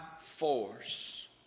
force